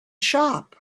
shop